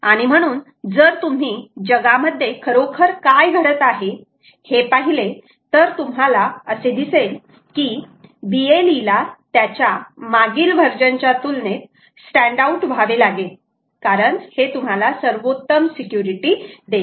आणि म्हणून जर तुम्ही जगामध्ये खरोखर काय घडत आहे हे पाहिले तर तुम्हाला असे दिसेल की BLE ला त्याच्या मागील वर्जन च्या तुलनेत स्टँड आउट व्हावे लागेल कारण हे तुम्हाला सर्वोत्तम सिक्युरिटी देते